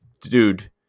dude